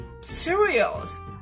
cereals